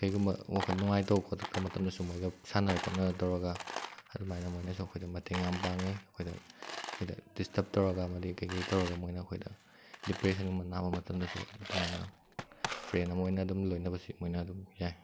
ꯀꯔꯤꯒꯨꯝꯕ ꯋꯥꯈꯜ ꯅꯨꯡꯉꯥꯏꯇꯕ ꯈꯣꯠꯂꯛꯇꯕ ꯃꯇꯝꯗꯁꯨ ꯃꯣꯏꯒ ꯁꯥꯟꯅꯔ ꯈꯣꯠꯅꯔꯒ ꯇꯧꯔꯒ ꯑꯗꯨꯝ ꯍꯥꯏꯅ ꯃꯣꯏꯁꯅꯨ ꯃꯇꯦꯡ ꯌꯥꯝ ꯄꯥꯡꯏ ꯑꯩꯈꯣꯏꯗ ꯑꯩꯈꯣꯏꯗ ꯗꯤꯁꯇꯔꯕ ꯇꯧꯔꯒ ꯑꯃꯗꯤ ꯀꯔꯤ ꯀꯔꯤ ꯇꯧꯔꯒ ꯃꯣꯏꯅ ꯑꯩꯈꯣꯏꯗ ꯗꯤꯄ꯭ꯔꯦꯁꯟꯒꯨꯝꯕ ꯅꯥꯕ ꯃꯇꯝꯗꯁꯨ ꯑꯗꯨꯝ ꯍꯥꯏꯅ ꯐ꯭ꯔꯦꯟ ꯑꯃ ꯑꯣꯏꯅ ꯑꯗꯨꯝ ꯂꯣꯏꯅꯕꯁꯨ ꯃꯣꯏꯅ ꯑꯗꯨꯝ ꯌꯥꯏ